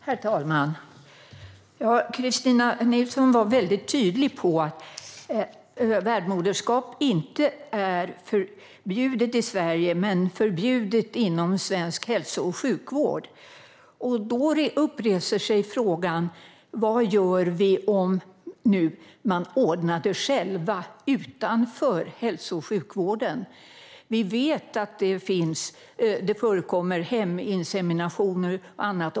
Herr talman! Kristina Nilsson var tydlig med att värdmoderskap inte är förbjudet i Sverige men förbjudet inom svensk hälso och sjukvård. Det väcker frågan vad vi gör om man ordnar det själv utanför hälso och sjukvården. Vi vet att det förekommer heminseminationer och annat.